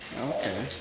Okay